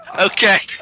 Okay